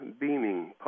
beaming